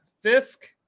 Fisk